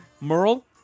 Merle